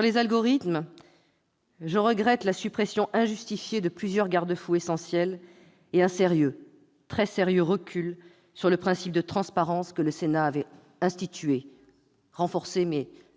les algorithmes, je regrette la suppression injustifiée de plusieurs garde-fous essentiels et un sérieux, très sérieux recul sur le principe de transparence que le Sénat avait institué. Je